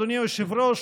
אדוני היושב-ראש,